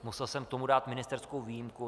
Musel jsem k tomu dát ministerskou výjimku.